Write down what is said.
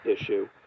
issue